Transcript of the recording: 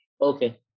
Okay